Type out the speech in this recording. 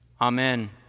Amen